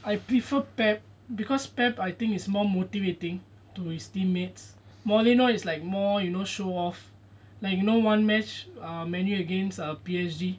I prefer pep because pep I think it's more motivating to his team mates mourinho is like more you know show off like you know one match ah man U against P_S_G